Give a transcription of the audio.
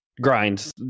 grind